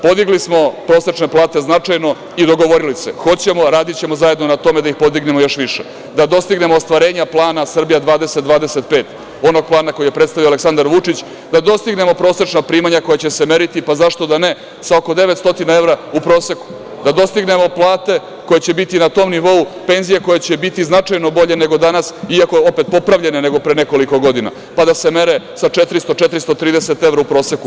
Podigli smo prosečne plate značajno i dogovorili se, hoćemo, radićemo zajedno na tome da ih podignemo još više, da dostignemo ostvarenja plana „Srbija 2025“, onog plana koji je predstavio Aleksandar Vučić, da dostignemo prosečna primanja koja će se meriti, pa zašto da ne, sa oko 900 evra u proseku, da dostignemo plate koje će biti na tom nivou, penzije koje će biti značajno bolje nego danas, iako opet popravljene nego pre nekoliko godina, pa da se mere sa 400, 430 evra u proseku.